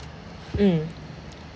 mm